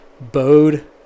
bowed